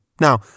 Now